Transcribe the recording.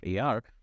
AR